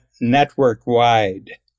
network-wide